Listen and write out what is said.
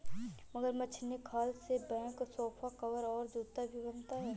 मगरमच्छ के खाल से बैग सोफा कवर और जूता भी बनता है